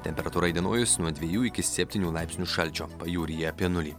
temperatūra įdienojus nuo dvejų iki septynių laipsnių šalčio pajūryje apie nulį